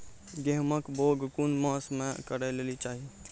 गेहूँमक बौग कून मांस मअ करै लेली चाही?